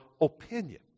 opinion